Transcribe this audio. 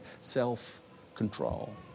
self-control